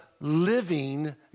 living